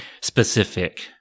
specific